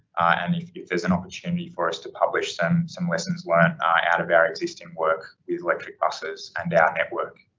and if, if there's an opportunity for us to publish some some lessons learnt out of our existing work with electric buses and our network.